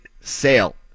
sale